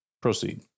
proceed